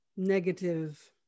negative